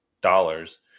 dollars